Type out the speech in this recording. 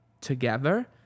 together